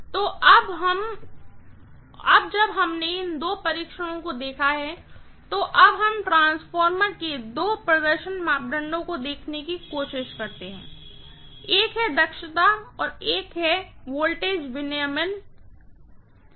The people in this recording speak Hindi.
तो अब जब हमने इन दो परीक्षणों को देखा है तो अब हम ट्रांसफार्मर के दो प्रदर्शन मापदंडों को देखने की कोशिश करते हैं एक दक्षता है और अगला एक वोल्टेज विनियमन है